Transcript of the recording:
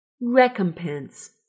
recompense